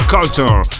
Culture